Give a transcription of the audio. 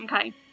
Okay